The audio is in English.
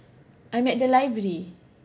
weekends when I have